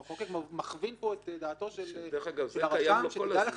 המחוקק מכוון פה את דעתו של הרשם תדע לך,